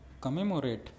commemorate